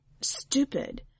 stupid